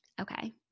Okay